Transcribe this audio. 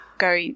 go